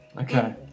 Okay